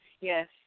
Yes